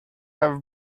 have